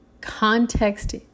Context